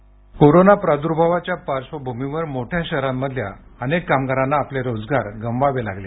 ध्वनी कोरोना प्रादुर्भावाच्या पार्श्वभूमीवर मोठ्या शहरांमधल्या अनेक कामगारांना आपले रोजगार गमवावे लागले